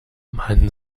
man